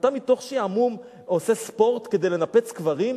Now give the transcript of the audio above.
אתה, מתוך שעמום עושה ספורט, כדי לנפץ קברים?